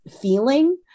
feeling